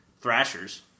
Thrashers